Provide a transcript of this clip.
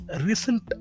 recent